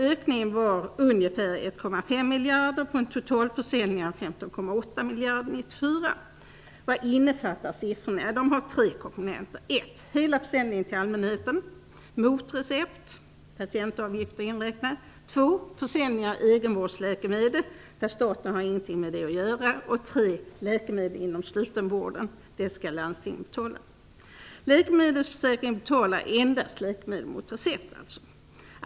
Ökningen var ungefär 1,5 miljarder på en totalförsäljning av 15,8 miljarder 1994. Vad innefattar de siffrorna? Det är tre komponenter: 2. försäljningen av egenvårdsläkemedel, som staten inte har med att göra, och 3. läkemedel inom slutenvården, som landstingen skall betala. Läkemedelsförsäkringen betalar endast läkemedel mot recept.